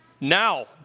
now